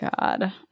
God